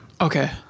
Okay